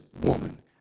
woman